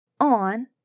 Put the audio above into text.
on